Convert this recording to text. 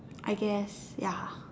I guess ya